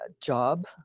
job